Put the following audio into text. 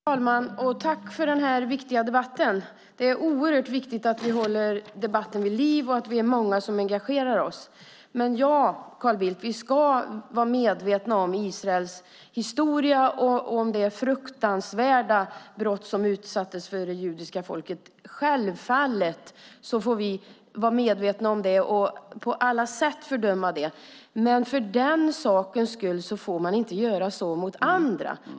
Herr talman! Tack för den här viktiga debatten! Det är oerhört viktigt att vi håller debatten vid liv och att vi är många som engagerar oss. Ja, Carl Bildt, vi ska vara medvetna om Israels historia och det fruktansvärda brott som det judiska folket utsattes för. Vi ska självfallet vara medvetna om det och på alla sätt fördöma det. Men för den skull får man inte göra så mot andra.